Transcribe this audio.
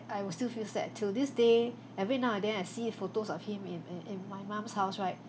I will still feel sad till this day every now and then I see photos of him in in in my mom's house right